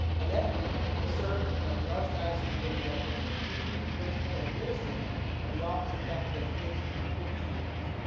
annette has served the archdiocese of indianapolis as a teacher, principal and administrator of the office of catholic education for fifty years.